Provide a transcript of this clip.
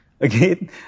Again